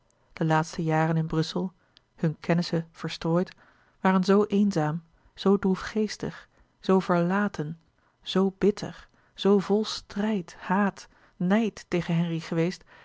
de laatste jaren in brussel hunne kennissen verstrooid waren zoo eenzaam zoo droefgeestig zoo verlaten zoo bitter zoo vol strijd haat nijd tegen henri geweest